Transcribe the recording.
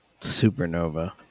supernova